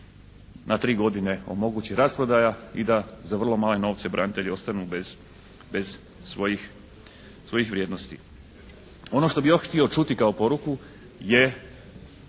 na tri godine omogući rasprodaja i da za vrlo male novce branitelji ostanu bez svojih vrijednosti. Ono što bih još htio čuti kao poruku je